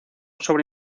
sobre